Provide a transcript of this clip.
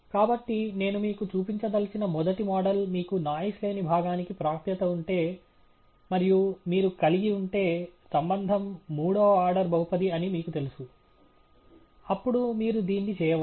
కాబట్టి నేను మీకు చూపించదలిచిన మొదటి మోడల్ మీకు నాయిస్ లేని భాగానికి ప్రాప్యత ఉంటే మరియు మీరు కలిగి ఉంటే సంబంధం మూడవ ఆర్డర్ బహుపది అని మీకు తెలుసు అప్పుడు మీరు దీన్ని చెయ్యవచ్చు